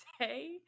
say